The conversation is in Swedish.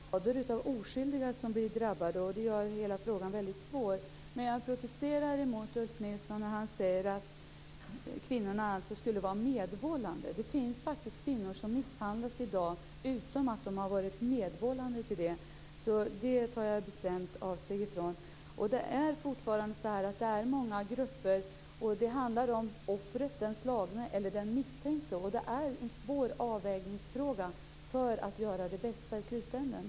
Fru talman! Jag håller med om att det finns rader av skyldiga som blir drabbade, och det gör hela frågan väldigt svår. Men jag protesterar mot Ulf Nilsson när han säger att kvinnorna skulle vara medvållande. Det finns faktiskt kvinnor som misshandlas utan att de varit medvållande till det. Det tar jag bestämt avstånd ifrån. Det finns många grupper. Det handlar om offret, den slagna, eller om den misstänkta. Det är en svår avvägningsfråga när man vill göra det bästa i slutändan.